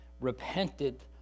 repented